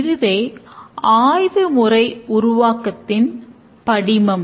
இதுவே ஆய்வுமுறை உருவாக்கத்தில் படிமம்